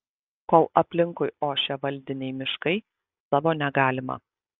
kol aplinkui ošia valdiniai miškai savo negalima